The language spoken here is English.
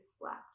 slept